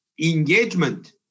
engagement